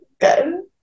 Good